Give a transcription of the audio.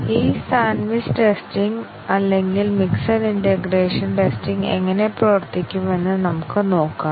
ഈ sandwich testing അല്ലെങ്കിൽ mixed integration testing എങ്ങനെ പ്രവർത്തിക്കുമെന്ന് നമുക്ക് നോക്കാം